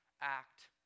act